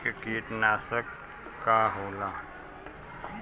जैविक कीटनाशक का होला?